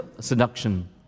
seduction